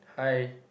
hi